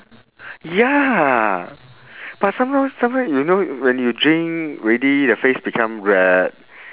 ya but sometimes sometimes you know when you drink already the face become red